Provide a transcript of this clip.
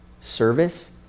service